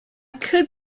could